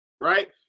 right